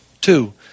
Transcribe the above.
Two